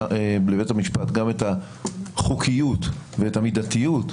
בבית המשפט גם את החוקיות ואת המידתיות,